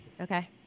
Okay